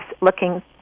looking